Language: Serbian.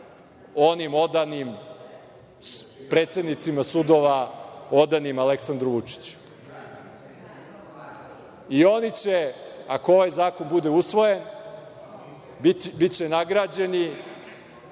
onim odanim predsednicima sudova, odanim Aleksandru Vučiću. Oni će, ako ovaj zakon bude usvojen, biti nagrađeni